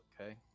Okay